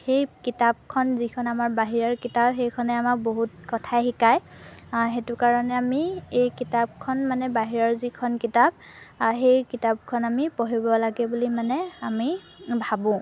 সেই কিতাপখন যিখন আমাৰ বাহিৰৰ কিতাপ সেইখনে আমাক বহুত কথাই শিকায় সেইটো কাৰণে আমি এই কিতাপখন মানে বাহিৰৰ যিখন কিতাপ সেই কিতাপখন আমি পঢ়িব লাগে বুলি মানে আমি ভাবোঁ